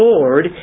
Lord